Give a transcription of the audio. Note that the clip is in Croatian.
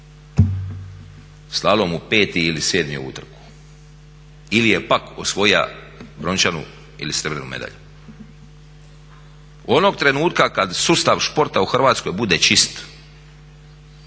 slalomu 5. ili 7. ovu utrku ili je pak osvojio brončanu ili srebrnu medalju. Onog trenutka kad sustav športa u Hrvatskoj bude čist